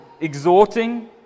exhorting